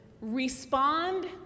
respond